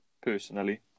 personally